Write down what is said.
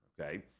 okay